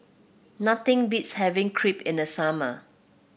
nothing beats having Crepe in the summer